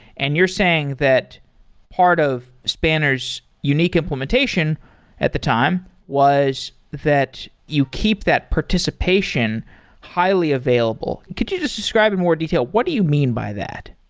and you're saying that part of spanner's unique implementation at the time was that you keep that participation highly available. could you just describe in more detail what do you mean by that?